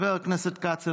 חבר הכנסת כץ,